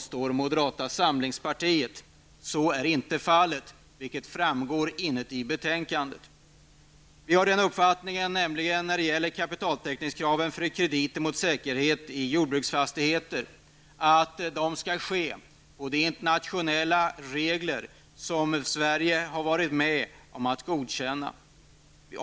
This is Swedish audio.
Så är inte fallet, vilket framgår av texten i betänkandet. Vi har nämligen den uppfattningen när det gäller kapitaltäckningskravet för krediter mot säkerhet i jordbruksfastigheter att de skall tillgodoses inom de internationlla regler som Sverige varit med om att godkänna.